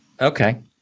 Okay